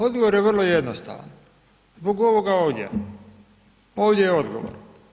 Odgovor je vrlo jednostavan, zbog ovoga ovdje, ovdje je odgovor.